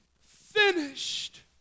finished